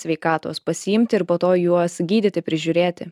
sveikatos pasiimti ir po to juos gydyti prižiūrėti